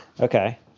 Okay